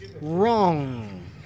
Wrong